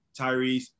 Tyrese